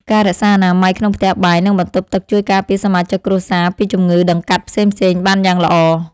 ការរក្សាអនាម័យក្នុងផ្ទះបាយ និងបន្ទប់ទឹកជួយការពារសមាជិកគ្រួសារពីជំងឺដង្កាត់ផ្សេងៗបានយ៉ាងល្អ។